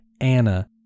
Anna